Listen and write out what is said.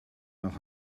nach